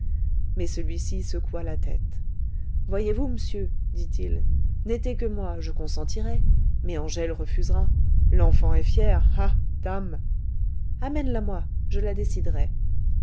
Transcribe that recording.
mais celui-ci secoua la tête voyez-vous m'sieur dit-il n'était que moi je consentirais mais angèle refusera l'enfant est fière ah dame amène la moi je la déciderai